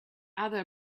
other